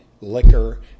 liquor